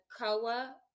Koa